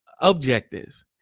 objective